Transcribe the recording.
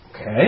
Okay